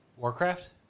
Warcraft